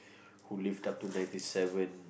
who lived up to ninety seven